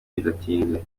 bidatinze